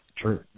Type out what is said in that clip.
True